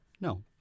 No